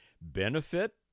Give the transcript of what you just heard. benefit